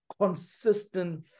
consistent